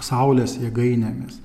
saulės jėgainėmis